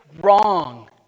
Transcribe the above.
wrong